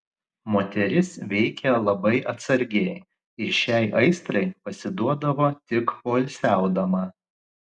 moteris veikė labai atsargiai ir šiai aistrai atsiduodavo tik poilsiaudama